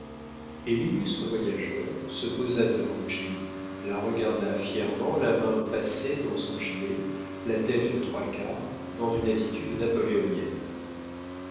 et l'illustre voyageur se posa devant jenny la regarda fièrement la main passée dans son gilet la tête de trois quarts dans une attitude napoléonienne